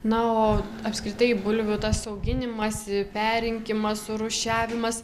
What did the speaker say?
na o apskritai bulvių tas auginimas perrinkimas surūšiavimas